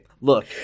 Look